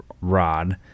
Rod